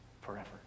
forever